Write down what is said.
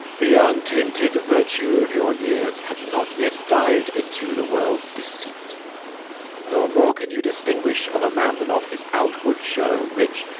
the untainted virtue of your years hath not yet div'd into the world's deceit nor more can you distinguish of a man than of his outward show which,